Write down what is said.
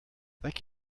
thank